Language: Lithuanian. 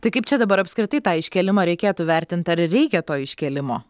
tai kaip čia dabar apskritai tą iškėlimą reikėtų vertint ar reikia to iškėlimo